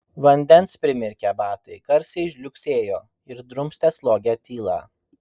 vandens primirkę batai garsiai žliugsėjo ir drumstė slogią tylą